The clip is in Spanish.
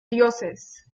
dioses